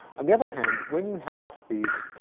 on the other hand, when you have these